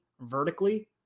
vertically